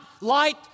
light